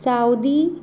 Saudi